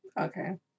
Okay